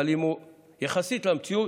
יחסית למציאות,